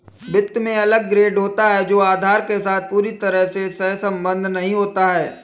वित्त में अलग ग्रेड होता है जो आधार के साथ पूरी तरह से सहसंबद्ध नहीं होता है